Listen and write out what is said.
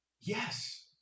yes